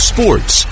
Sports